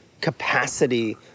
capacity